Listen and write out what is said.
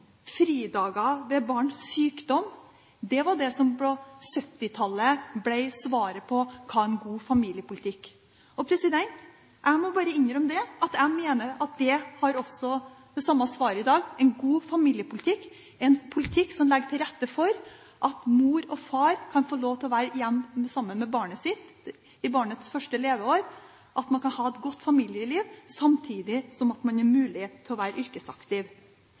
fridager ved barns sykdom. Dette var det som på 1970-tallet ble svaret på hva som var en god familiepolitikk. Jeg må bare innrømme at jeg mener det er det samme svaret i dag. En god familiepolitikk er en politikk som legger til rette for at mor og far kan få lov til å være hjemme sammen med barnet sitt i barnets første leveår, at man kan ha et godt familieliv samtidig som man har mulighet til å være yrkesaktiv.